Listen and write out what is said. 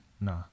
Nah